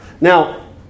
Now